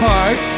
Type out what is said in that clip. Park